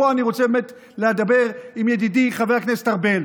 פה אני רוצה באמת לדבר עם ידידי חבר הכנסת ארבל.